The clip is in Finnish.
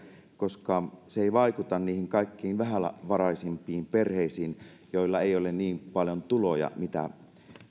koska se ei vaikuta niihin kaikkiin vähävaraisimpiin perheisiin joilla ei ole niin paljon tuloja